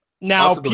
Now